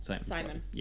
Simon